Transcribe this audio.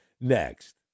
next